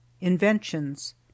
inventions